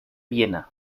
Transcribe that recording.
viena